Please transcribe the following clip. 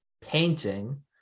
painting